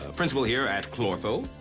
principal here at clortho's, ah,